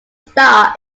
star